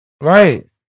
Right